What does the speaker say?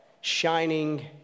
shining